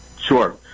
Sure